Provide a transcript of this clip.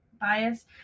bias